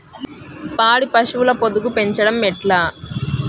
పాడి పశువుల పొదుగు పెంచడం ఎట్లా?